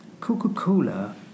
Coca-Cola